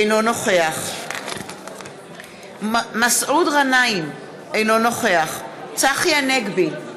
אינו נוכח מסעוד גנאים, אינו נוכח צחי הנגבי,